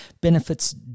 benefits